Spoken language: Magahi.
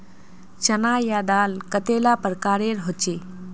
चना या दाल कतेला प्रकारेर होचे?